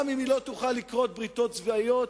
גם אם היא לא תוכל לכרות בריתות צבאיות,